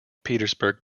petersburg